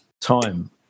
time